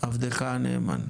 עבדך הנאמן.